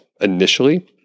initially